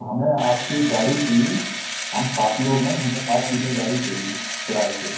हमें आपकी एक गाड़ी चाहिए हम सात लोग हैं हमें सात सीटर गाड़ी चाहिए किराए से